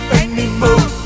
anymore